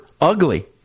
ugly